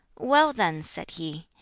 well, then, said he,